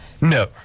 No